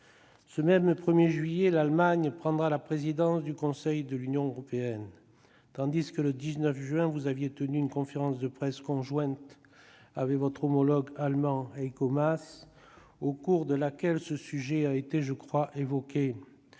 Ce même 1 juillet, l'Allemagne prendra la présidence du Conseil de l'Union européenne, tandis que le 19 juin, vous aviez tenu une conférence de presse conjointe avec votre homologue allemand, Heiko Maas, au cours de laquelle ce sujet a été évoqué.